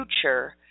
future